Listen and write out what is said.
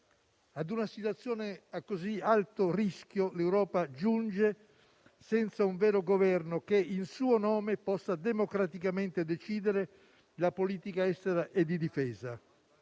Ad una situazione a così alto rischio l'Europa giunge senza un vero governo che, in suo nome, possa democraticamente decidere la politica estera e di difesa.